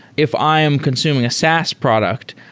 if i am consuming a saas product,